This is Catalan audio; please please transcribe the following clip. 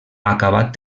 acabat